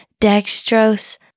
dextrose